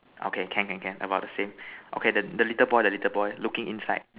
okay can can can about the same okay the little boy the little boy looking inside